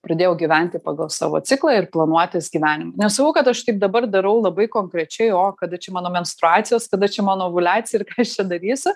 pradėjau gyventi pagal savo ciklą ir planuotis gyvenimą nesakau kad aš taip dabar darau labai konkrečiai o kada čia mano menstruacijos tada čia mano ovuliacija ir ką aš čia darysiu